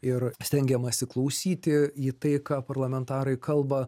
ir stengiamasi klausyti į tai ką parlamentarai kalba